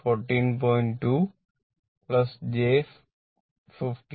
2 j 15